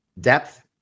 depth